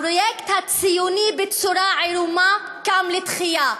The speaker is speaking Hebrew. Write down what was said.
הפרויקט הציוני בצורה עירומה קם לתחייה,